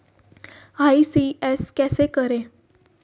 ECS कैसे करें?